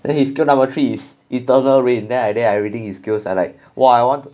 then his skill number three is eternal rain then I there reading his skills like !wah! I want